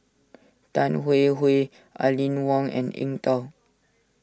Tan Hwee Hwee Aline Wong and Eng Tow